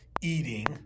eating